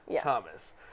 Thomas